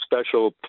special